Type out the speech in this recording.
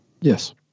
Yes